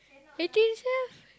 make it yourself